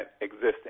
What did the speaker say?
existing